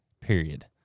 period